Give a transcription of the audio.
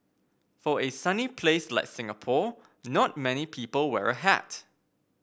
for a sunny place like Singapore not many people wear a hat